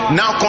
now